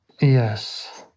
Yes